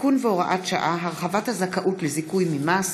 (תיקון והוראת שעה) (הרחבת הזכאות לזיכוי ממס),